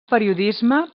periodisme